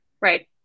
right